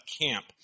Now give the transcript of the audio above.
camp